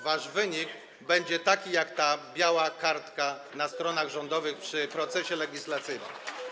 Wasz wynik będzie taki jak ta biała kartka na stronach rządowych przy procesie legislacyjnym.